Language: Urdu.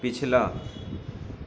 پچھلا